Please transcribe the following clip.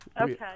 Okay